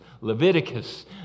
Leviticus